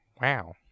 Wow